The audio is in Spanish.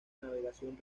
navegación